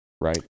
right